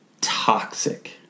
toxic